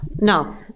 No